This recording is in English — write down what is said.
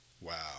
Wow